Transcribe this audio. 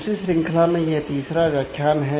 उसी श्रृंखला में यह तीसरा व्याख्यान है